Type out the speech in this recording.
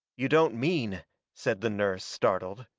you don't mean said the nurse, startled.